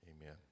Amen